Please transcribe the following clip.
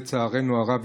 לצערנו הרב,